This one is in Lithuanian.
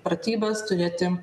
pratybas turėti